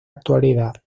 actualidad